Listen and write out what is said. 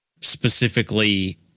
specifically